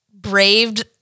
braved